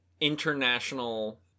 international